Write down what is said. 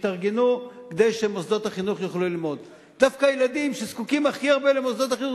שהתארגנו כדי שיוכלו ללמוד במוסדות החינוך,